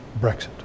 Brexit